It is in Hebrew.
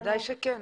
ודאי שכן.